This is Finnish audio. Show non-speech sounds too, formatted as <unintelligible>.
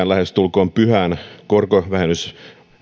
<unintelligible> lähestulkoon pyhään korkovähennykseen